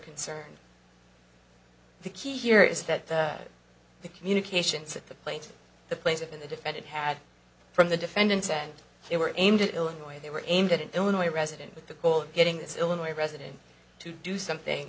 concerned the key here is that the communications at the plate the place of in the defendant had from the defendant and they were aimed at illinois they were aimed at an illinois resident with the goal of getting this illinois resident to do something